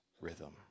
rhythm